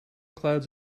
clouds